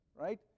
right